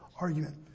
argument